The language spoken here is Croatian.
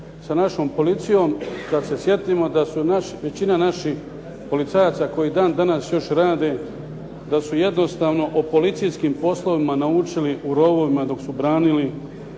sa našom policijom kada se sjetimo da se većina naših policajaca koji dan danas još rade, da su jednostavno o policijskim poslovima naučili u rovovima dok su branili Domovinu.